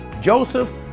Joseph